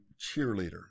cheerleader